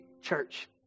church